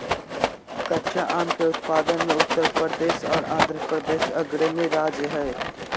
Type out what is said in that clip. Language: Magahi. कच्चा आम के उत्पादन मे उत्तर प्रदेश आर आंध्रप्रदेश अग्रणी राज्य हय